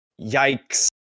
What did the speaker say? Yikes